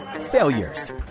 failures